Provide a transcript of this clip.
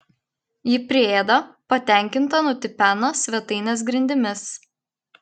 ji priėda patenkinta nutipena svetainės grindimis